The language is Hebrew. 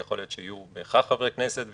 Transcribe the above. יכול להיות שיהיו בהכרח חברי כנסת,